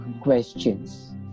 questions